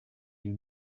knew